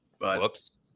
Whoops